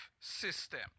system